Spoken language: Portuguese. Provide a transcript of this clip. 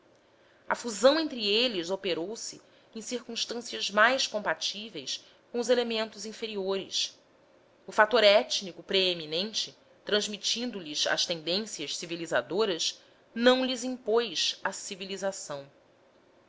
a fusão entre eles operou se em circunstâncias mais compatíveis com os elementos inferiores o fator étnico preeminente transmitindo lhes as tendências civilizadoras não lhes impôs a civilização